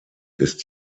ist